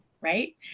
right